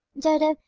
dodo,